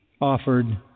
offered